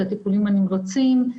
לטיפולים הנמרצים,